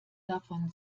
davon